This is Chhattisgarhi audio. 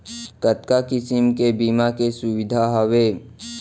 कतका किसिम के बीमा के सुविधा हावे?